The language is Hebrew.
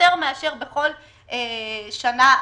יותר מאשר בכל שנה רגילה.